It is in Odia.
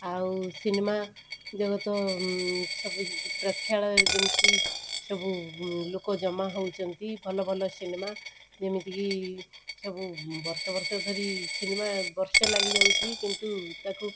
ଆଉ ସିନେମା ଜଗତ ସବୁ ପ୍ରେକ୍ଷାଳୟରେ ଯେମତି ସବୁ ଲୋକ ଜମା ହେଉଛନ୍ତି ଭଲଭଲ ସିନେମା ଯେମିତିକି ସବୁ ବର୍ଷବର୍ଷ ଧରି କିନ୍ତୁ ସିନେମା ବର୍ଷ ଲାଗିଯାଉଛି କିନ୍ତୁ ତାକୁ